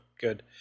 good